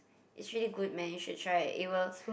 is really good man you should try it it will